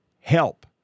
help